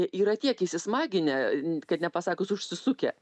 yra tiek įsismaginę kad nepasakius užsisukę